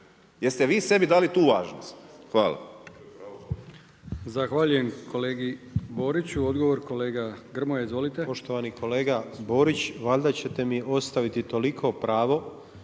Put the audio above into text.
ste vi sebi dali tu važnost. Hvala.